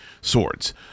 swords